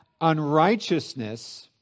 unrighteousness